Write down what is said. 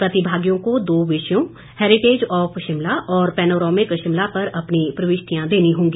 प्रतिभागियों को दो विषयों हैरिटेज ऑफ शिमला और पैनोरमिक शिमला पर अपनी प्रविष्टियां देनी होगी